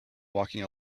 walking